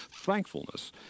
thankfulness